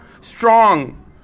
strong